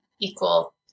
equal